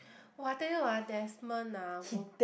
!wah! I tell you ah Desmond ah who